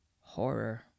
horror